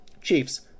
Chiefs